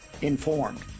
informed